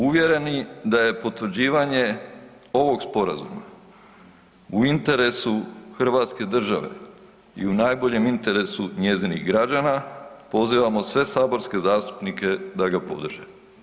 Uvjereni da je potvrđivanje ovog Sporazuma u interesu hrvatske države i u najboljem interesu njezinih građana, pozivamo sve saborske zastupnike da ga podrže.